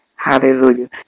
Hallelujah